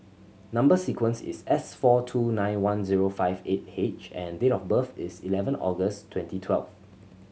number sequence is S four two nine one zero five eight H and date of birth is eleven August twenty twelve